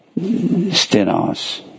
stenos